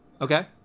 Okay